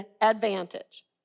advantage